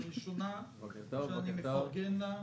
הנה הראשונה שאני מפרגן לה.